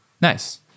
Nice